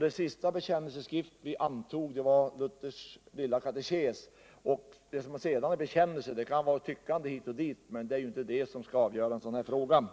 Den sista bekännelseskrift vi antog var Luthers lilla katekesförklaring. Det som sedan kallas bekännelse kan vara tyckande hit och dit, men det är inte det som skall avgöra en sådan här fråga.